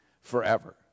forever